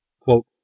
quote